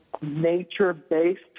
nature-based